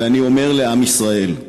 ואני אומר לעם ישראל: